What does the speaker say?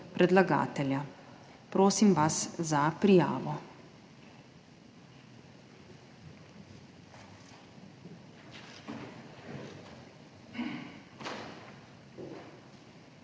Prosim vas za prijavo.